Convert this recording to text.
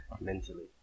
mentally